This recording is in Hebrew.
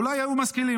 אולי היו משכילים.